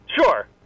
Sure